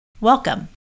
Welcome